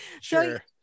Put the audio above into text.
Sure